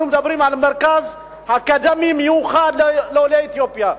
אנחנו מדברים על מרכז אקדמי מיוחד לעולי אתיופיה.